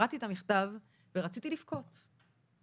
קראתי את המכתב ורציתי לבכות.